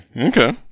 Okay